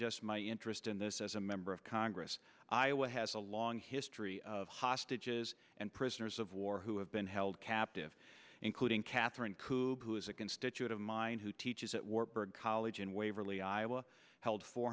just my interest in this as a member of congress iowa has a long history of hostages and prisoners of war who have been held captive including catherine cooper who is a constituent of mine who teaches at warburg college in waverly iowa held four